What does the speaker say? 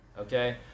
okay